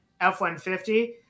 F-150